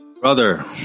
Brother